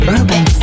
Urban